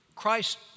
Christ